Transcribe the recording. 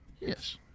yes